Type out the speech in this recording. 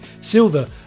Silver